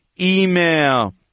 email